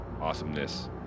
awesomeness